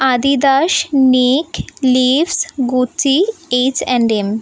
Adidas Nike লিপ্স Gucci H and M